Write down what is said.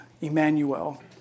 Emmanuel